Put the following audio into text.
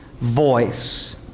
voice